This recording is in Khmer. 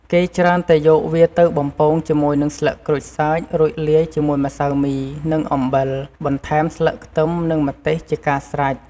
គេច្រើនតែយកវាទៅបំពងជាមួយនឹងស្លឹកក្រូចសើច រួចលាយជាមួយម្សៅមី និងអំបិល បន្ថែមស្លឹកខ្ទឹមនិងម្ទេសជាការស្រេច។